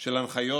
של הנחיות,